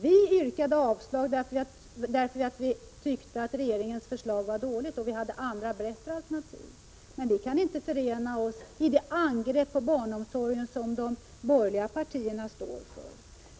Vi yrkade avslag därför att vi tyckte att regeringens förslag var dåligt och därför att vi hade andra bättre alternativ. Men vi kan inte ställa oss bakom det angrepp på barnomsorgen som de borgerliga partierna står för.